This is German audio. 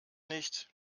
nicht